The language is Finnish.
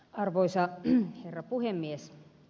arvoisa herra puhemies